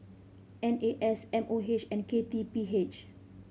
N A S M O H and K T P H